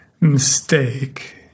mistake